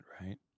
right